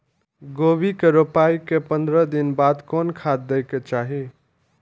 गोभी के रोपाई के पंद्रह दिन बाद कोन खाद दे के चाही?